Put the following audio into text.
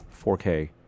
4K